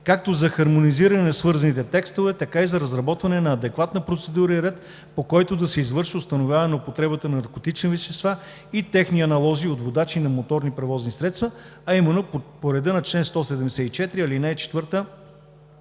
както за хармонизиране на свързаните текстове, така и за разработване на адекватна процедура и ред, по който да се извършва установяване на употребата на наркотични вещества и техни аналози от водачи на моторни превозни средства, а именно по реда на чл. 174, ал. 4 на